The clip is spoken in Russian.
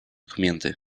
документы